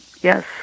yes